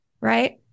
Right